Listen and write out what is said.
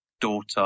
daughter